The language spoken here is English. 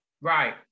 Right